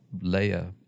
layer